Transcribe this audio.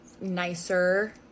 nicer